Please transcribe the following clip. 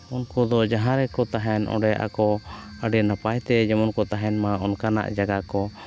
ᱩᱱᱠᱩ ᱫᱚ ᱡᱟᱦᱟᱸ ᱨᱮᱠᱚ ᱛᱟᱦᱮᱱ ᱚᱸᱰᱮ ᱟᱠᱚ ᱟᱹᱰᱤ ᱱᱟᱯᱟᱛᱮ ᱡᱮᱢᱚᱱ ᱠᱚ ᱛᱟᱦᱮᱱ ᱢᱟ ᱚᱱᱠᱟᱱᱟᱜ ᱡᱟᱭᱜᱟ ᱠᱚ